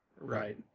Right